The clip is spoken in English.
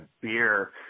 beer